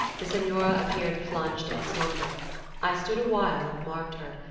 the senora appeared plunged in slumber i stood awhile and marked her,